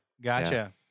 Gotcha